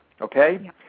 Okay